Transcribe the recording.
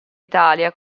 italia